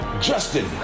Justin